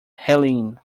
helene